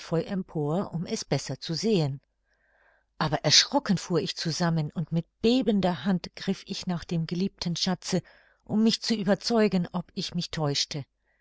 empor um es besser zu sehen aber erschrocken fuhr ich zusammen und mit bebender hand griff ich nach dem geliebten schatze um mich zu überzeugen ob ich mich täuschte